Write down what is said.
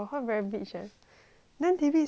then david still continue to say hi ah